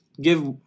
give